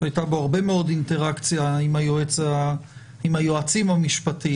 שהייתה בה הרבה מאוד אינטראקציה עם היועצים המשפטיים.